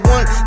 One